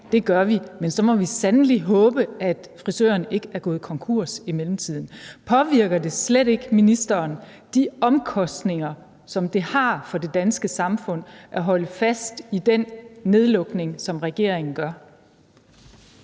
det gør vi, men så må vi sandelig håbe, at frisøren ikke er gået konkurs i mellemtiden. Påvirker de omkostninger, som det har for det danske samfund at holde fast i den nedlukning, sådan som regeringen gør,